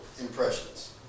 impressions